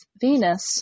Venus